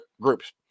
groups